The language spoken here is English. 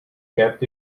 kept